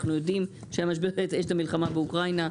אנחנו יודעים שיש המלחמה באוקראינה,